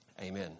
Amen